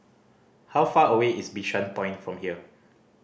how far away is Bishan Point from here